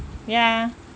ya